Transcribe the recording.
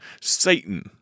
Satan